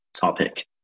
topic